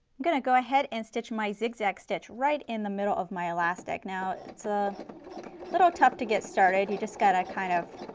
going to go ahead and stitch my zigzag stitch right in the middle of my elastic. now itis a little tough to get started, you just got to kind of